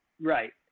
Right